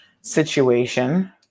situation